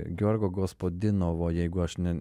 giorgo gospodinovo jeigu aš ne